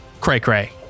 cray-cray